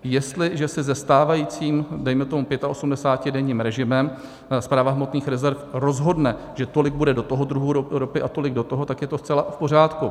Jestliže se se stávajícím, dejme tomu, pětaosmdesátidenním režimem Správa hmotných rezerv rozhodne, že tolik bude do toho druhu ropy a tolik do toho, tak je to zcela v pořádku.